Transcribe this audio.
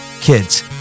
kids